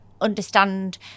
understand